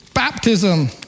Baptism